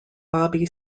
bobby